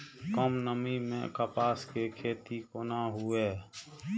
कम नमी मैं कपास के खेती कोना हुऐ?